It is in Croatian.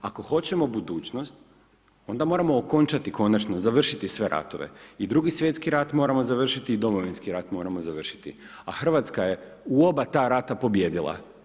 Ako hoćemo budućnost onda moramo okončati konačno, završiti sve ratove i Drugi svjetski rat moramo završiti i Domovinski rat moramo završiti a Hrvatska je u oba ta rata pobijedila.